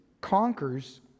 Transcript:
conquers